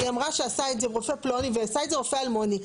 היא אמרה שעשה את זה רופא פלוני ועשה את זה רופא אלמוני,